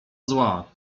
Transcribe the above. zła